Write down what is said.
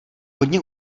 hodně